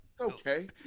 okay